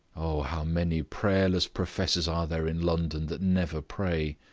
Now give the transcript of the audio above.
oh! how many prayerless professors are there in london that never pray?